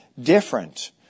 different